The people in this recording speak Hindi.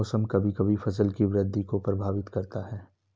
मौसम कभी कभी फसल की वृद्धि को प्रभावित करता है